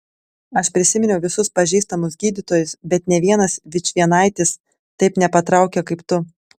aš prisiminiau visus pažįstamus gydytojus bet nė vienas vičvienaitis taip nepatraukia kaip tu